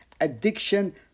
addiction